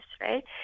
right